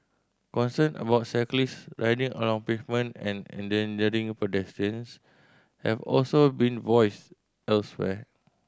concern about cyclists riding on pavement and endangering pedestrians have also been voiced elsewhere